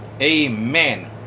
Amen